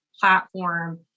platform